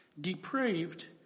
Depraved